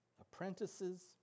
apprentices